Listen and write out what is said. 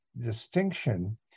distinction